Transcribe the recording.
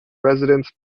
residence